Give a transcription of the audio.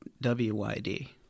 W-Y-D